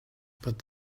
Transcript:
but